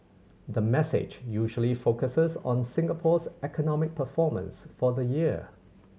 the message usually focuses on Singapore's economic performance for the year